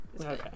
Okay